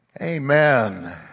Amen